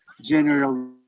general